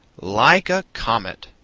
like a comet!